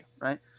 right